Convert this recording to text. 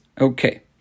Okay